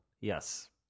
Yes